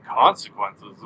consequences